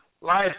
life